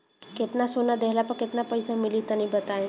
केतना सोना देहला पर केतना पईसा मिली तनि बताई?